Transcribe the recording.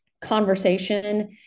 conversation